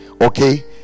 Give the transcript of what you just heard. okay